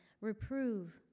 reprove